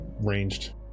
ranged